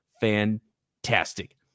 fantastic